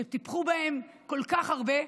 שטיפחו אותם כל כך הרבה,